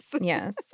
Yes